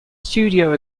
studio